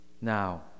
Now